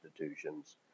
institutions